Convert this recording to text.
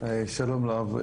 שלום רב.